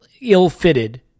ill-fitted